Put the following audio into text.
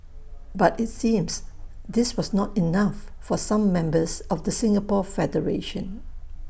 but IT seems this was not enough for some members of the Singapore federation